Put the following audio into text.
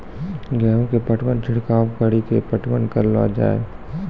गेहूँ के पटवन छिड़काव कड़ी के पटवन करलो जाय?